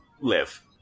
live